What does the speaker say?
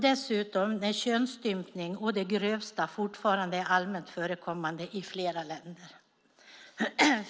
Dessutom är könsstympning å det grövsta fortfarande allmänt förekommande i flera länder.